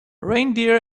reindeer